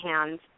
hands